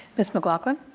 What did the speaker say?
ms. mclaughlin.